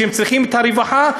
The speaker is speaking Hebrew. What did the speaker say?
שצריכים את הרווחה,